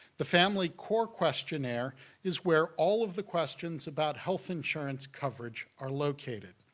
the family core questionnaire is where all of the questions about health insurance coverage are located.